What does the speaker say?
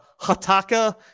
Hataka